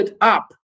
up